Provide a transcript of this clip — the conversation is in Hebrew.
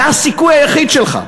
זה הסיכוי היחיד שלך.